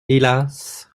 hélas